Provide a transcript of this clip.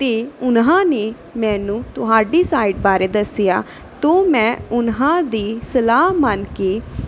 ਅਤੇ ਉਹਨਾਂ ਨੇ ਮੈਨੂੰ ਤੁਹਾਡੀ ਸਾਈਟ ਬਾਰੇ ਦੱਸਿਆ ਤਾਂ ਮੈਂ ਉਹਨਾਂ ਦੀ ਸਲਾਹ ਮੰਨ ਕੇ